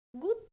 good